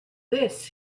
this